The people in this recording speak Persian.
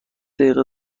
دقیقه